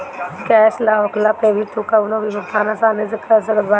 cash ना होखला पअ भी तू कवनो भी भुगतान आसानी से कर सकत बाटअ